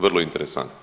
Vrlo interesantno.